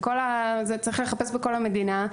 צריך לחפש בכל המדינה.